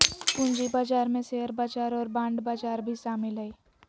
पूँजी बजार में शेयर बजार और बांड बजार भी शामिल हइ